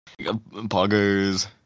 Poggers